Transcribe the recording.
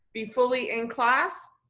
be fully in class.